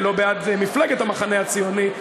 לא בעד מפלגת המחנה הציוני,